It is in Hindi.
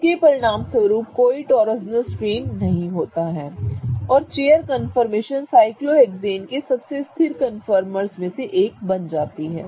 जिसके परिणामस्वरूप कोई टॉर्सनल स्ट्रेन नहीं होता है और चेयर कन्फर्मेशन साइक्लोहेक्सेन के सबसे स्थिर कन्फर्मर्स में से एक बन जाती है